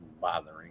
bothering